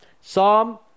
Psalm